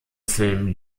film